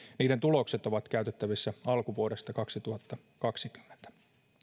niiden tulokset ovat käytettävissä alkuvuodesta kaksituhattakaksikymmentä